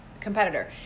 competitor